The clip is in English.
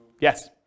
Yes